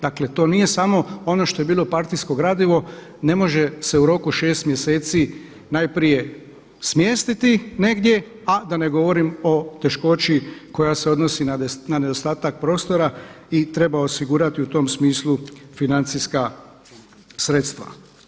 Dakle, to nije samo ono što je bilo partijsko gradivo, ne može se u roku 6 mjeseci najprije smjestiti negdje, a da ne govorim o teškoći koja se odnosi na nedostatak prostora i treba osigurati u tom smislu financijska sredstva.